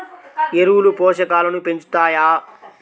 ఎరువులు పోషకాలను పెంచుతాయా?